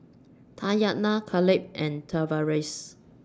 Tatyanna Kaleb and Tavaris